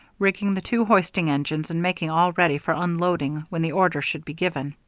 rigging the two hoisting engines, and making all ready for unloading when the order should be given.